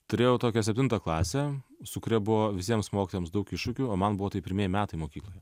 turėjau tokią septintą klasę su kuria buvo visiems mokytojams daug iššūkių o man buvo tai pirmieji metai mokykloje